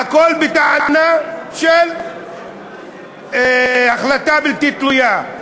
והכול בטענה של החלטה בלתי תלויה,